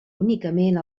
únicament